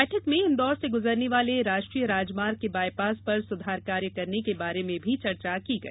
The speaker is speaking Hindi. बैठक में इंदौर से गुजरने वाले राष्ट्रीय राजमार्ग के बायपास पर सुधार कार्य करने के बारे में भी चर्चा की गई